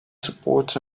supports